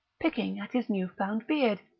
picking at his new-found beard.